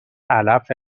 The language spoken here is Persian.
علف